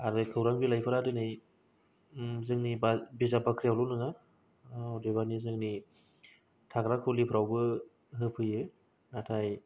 आरो खौरां बिलायफोरा दिनै जोंनि बाज बिजाब बाख्रिआवल' नङा अदेबानि जोंनि थाग्रा खुलिफ्रावबो होफैयो नाथाय